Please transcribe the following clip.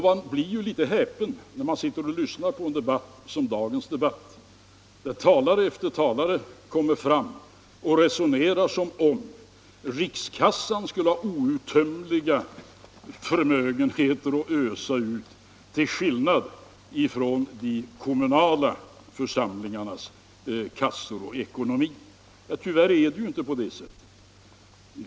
Man blir därför litet häpen när man lyssnar på en debatt som den vi för här i dag, där talare efter talare resonerar som om rikskassan till skillnad från de kommunala församlingarnas kassor hade outtömliga förmögenheter att ösa ur. Tyvärr är det ju inte på det sättet.